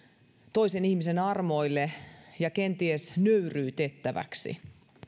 toisen ihmisen armoille ja kenties nöyryytettäväksi